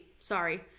sorry